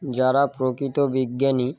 যারা প্রকৃত বিজ্ঞানী